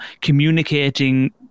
communicating